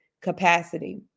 capacity